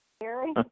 Gary